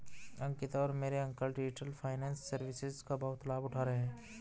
अंकिता और मेरे uncle digital finance services का बहुत लाभ उठा रहे हैं